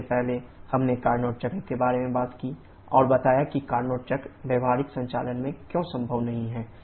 सबसे पहले हमने कार्नोट चक्र के बारे में बात की और बताया कि कार्नोट चक्र व्यावहारिक संचालन में क्यों संभव नहीं है